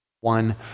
one